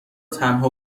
تنها